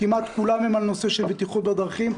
כמעט כולן בנושא הבטיחות בדרכים,